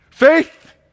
Faith